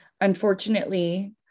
Unfortunately